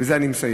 ובזה אני מסיים,